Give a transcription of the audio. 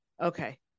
okay